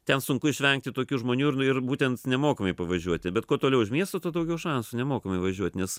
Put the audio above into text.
ten sunku išvengti tokių žmonių ir būtent nemokamai pavažiuoti bet kuo toliau už miesto tuo daugiau šansų nemokamai važiuot nes